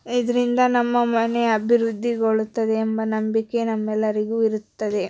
ಇದರಿಂದ ನಮ್ಮ ಮನೆಯ ಅಭಿವೃದ್ಧಿಗೊಳ್ಳುತ್ತದೆ ಎಂಬ ನಂಬಿಕೆ ನಮ್ಮೆಲ್ಲರಿಗೂ ಇರುತ್ತದೆ